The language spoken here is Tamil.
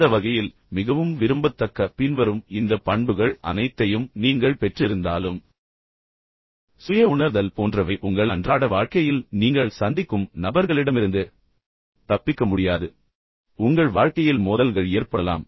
அந்த வகையில் மிகவும் விரும்பத்தக்க பின்வரும் பின்வரும் இந்த பண்புகள் அனைத்தையும் நீங்கள் பெற்றிருந்தாலும் சுய உணர்தல் போன்ற வை உங்கள் அன்றாட வாழ்க்கையில் நீங்கள் சந்திக்கும் நபர்களிடமிருந்து நீங்கள் தப்பிக்க முடியாது உங்கள் வாழ்க்கையில் மோதல்களை ஏற்படலாம்